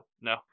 no